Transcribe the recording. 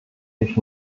nicht